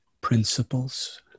principles